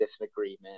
disagreement